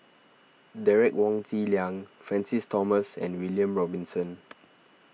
Derek Wong Zi Liang Francis Thomas and William Robinson